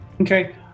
Okay